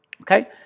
okay